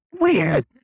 weird